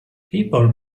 people